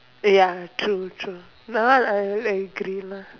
ya true true that one I will agree lah